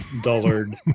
dullard